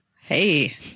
Hey